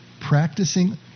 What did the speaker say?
Practicing